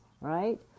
right